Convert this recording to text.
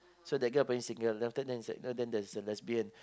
so that girl apparently single then after that is like then there's a lesbian